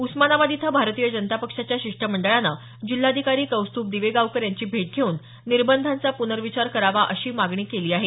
उस्मानाबाद इथं भारतीय जनता पक्षाच्या शिष्टमंडळानं जिल्हाधिकारी कौस्त्भ दिवेगावकर यांची भेट घेऊन निर्बंधांचा प्नर्विचार करावा अशी मागणी केली आहे